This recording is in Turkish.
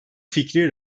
fikri